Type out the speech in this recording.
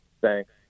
Thanks